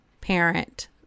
parent